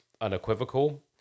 unequivocal